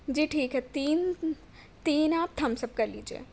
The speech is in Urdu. جی ٹھیک ہے تین تین آپ تھمس اپ کر لیجیے